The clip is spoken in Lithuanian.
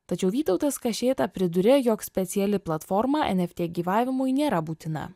tačiau vytautas kašėta priduria jog speciali platforma eft gyvavimui nėra būtina